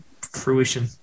fruition